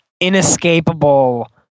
inescapable